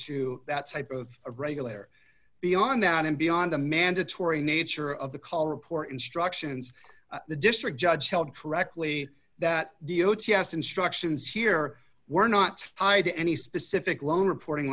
to that type of regulator beyond that and beyond the mandatory nature of the call report instructions the district judge held correctly that the o t s instructions here were not hide any specific loan reporting